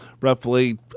roughly